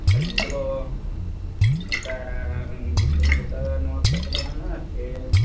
ᱤᱠᱷᱟᱱ ᱩᱱᱠᱩ ᱫᱚ ᱚᱱᱠᱟ ᱫᱤᱥᱚᱢ ᱜᱚᱴᱟ ᱱᱚᱣᱟ ᱠᱚᱨᱮ ᱠᱚ ᱫᱟᱬᱟᱱᱟ ᱪᱮ